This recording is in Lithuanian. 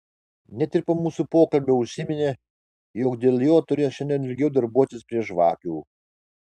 net ir po mūsų pokalbio užsiminė jog dėl jo turės šiandien ilgiau darbuotis prie žvakių